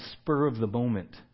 spur-of-the-moment